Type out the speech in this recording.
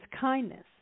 kindness